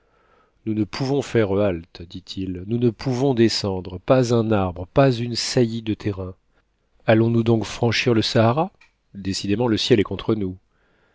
nous ne pouvons faire halte dit-il nous ne pouvons descendre pas un arbre pas une saillie de terrain allons-nous donc franchir le sahara décidément le ciel est contre nous